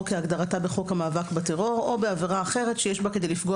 כהגדרתה בחוק המאבק בטרור או בעבירה אחרת שיש בה כדי לפגוע